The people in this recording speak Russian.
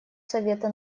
совета